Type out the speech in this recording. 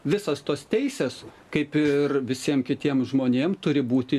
visos tos teisės kaip ir visiem kitiem žmonėm turi būti